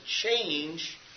change